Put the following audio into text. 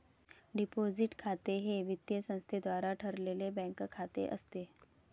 deposit खाते हे वित्तीय संस्थेद्वारे ठेवलेले बँक खाते असते